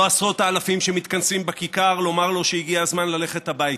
לא עשרות האלפים שמתכנסים בכיכר לומר לו שהגיע הזמן ללכת הביתה,